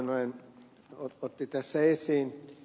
lauri oinonen otti tässä esiin